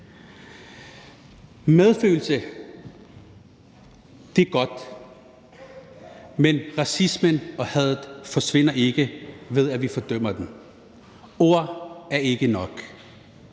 Medfølelse er godt, men racismen og hadet forsvinder ikke, ved at vi fordømmer dem. Ord er ikke nok.